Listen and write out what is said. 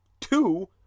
two